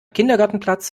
kindergartenplatz